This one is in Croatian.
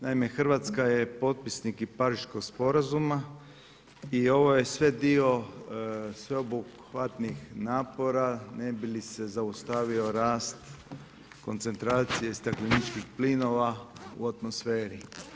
Naime, Hrvatska je potpisnik i Pariškog sporazuma i ovo je sve dio sveobuhvatnih napora ne bi li se zaustavio rast koncentracije stakleničkih plinova u atmosferi.